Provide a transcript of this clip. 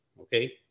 Okay